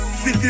50